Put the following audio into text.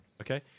okay